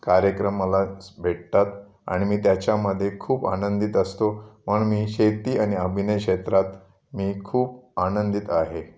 कार्यक्रम मलाच भेटतात आणि मी त्याच्यामध्ये खूप आनंदित असतो म्हणून मी शेती आणि अभिनय क्षेत्रात मी खूप आनंदित आहे